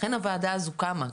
לכן הוועדה הזו קמה,